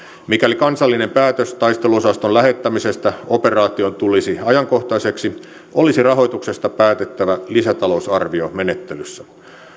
mikäli kansallinen päätös taisteluosaston lähettämisestä operaatioon tulisi ajankohtaiseksi olisi rahoituksesta päätettävä lisätalousarviomenettelyssä